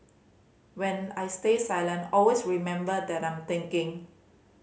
when I stay silent always remember that I'm thinking